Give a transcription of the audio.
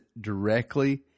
directly